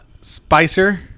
Spicer